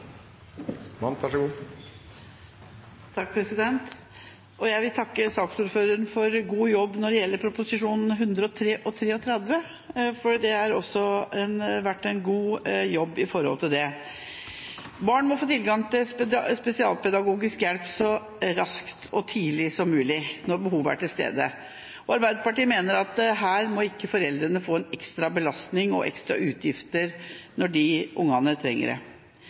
spesialpedagogisk hjelp så raskt og så tidlig som mulig når behovet er til stede. Arbeiderpartiet mener at foreldrene ikke må få en ekstra belastning og ekstra utgifter når barna trenger det.